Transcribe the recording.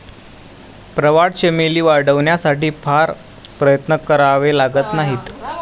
प्रवाळ चमेली वाढवण्यासाठी फार प्रयत्न करावे लागत नाहीत